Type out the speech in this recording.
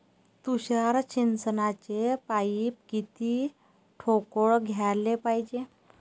तुषार सिंचनाचे पाइप किती ठोकळ घ्याले पायजे?